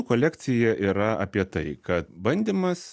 kolekcija yra apie tai kad bandymas